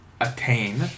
attain